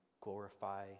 glorify